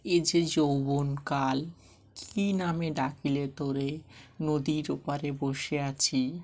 এই যে যৌবন কাল কী নামে ডাকিলে তোরে নদীর ওপারে বসে আছি